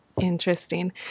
Interesting